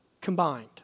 combined